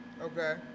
Okay